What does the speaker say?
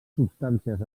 substàncies